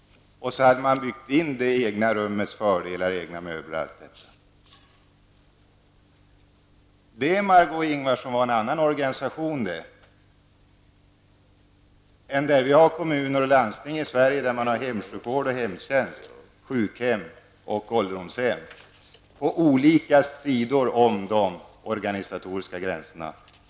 Man hade där byggt in det egna rummets fördelar, med egna möbler osv. Det var en annan organisation, Margó Ingvardsson, än hemsjukvården och hemtjänsten, som vi har i våra svenska kommuner och landsting, med sjukhem och ålderdomshem på olika sidor om de organisatoriska gränserna.